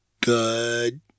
Good